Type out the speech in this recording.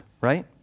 right